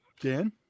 Dan